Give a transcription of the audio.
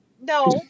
No